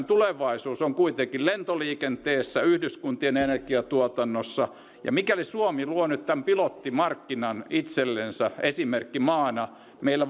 tulevaisuus on kuitenkin lentoliikenteessä yhdyskuntien energiatuotannossa ja mikäli suomi luo nyt tämän pilottimarkkinan itsellensä esimerkkimaana meillä